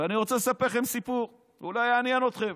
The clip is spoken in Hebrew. אני רוצה לספר לכם סיפור, ואולי יעניין אתכם.